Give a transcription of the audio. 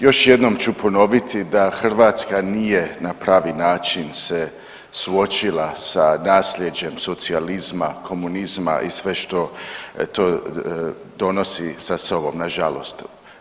Još jednom ću ponoviti da Hrvatska nije na pravi način se suočila sa nasljeđem socijalizma, komunizma i sve što to donosi sa sobom nažalost.